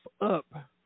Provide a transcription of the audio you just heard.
up